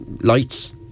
lights